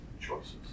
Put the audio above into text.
choices